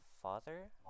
Father